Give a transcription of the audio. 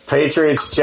Patriots